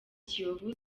kiyovu